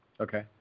Okay